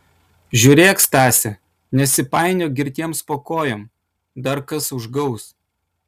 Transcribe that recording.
žiūrėk stase nesipainiok girtiems po kojom dar kas užgaus